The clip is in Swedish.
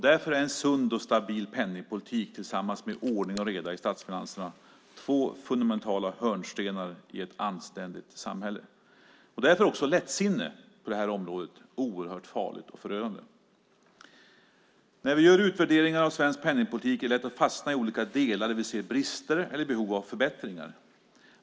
Därför är en sund och stabil penningpolitik tillsammans med ordning och reda i statsfinanserna två fundamentala hörnstenar i ett anständigt samhälle. Därför är också lättsinne på det här området oerhört farligt och förödande. När vi gör utvärderingar av svensk penningpolitik är det lätt att fastna i olika delar där vi ser brister eller behov av förbättringar.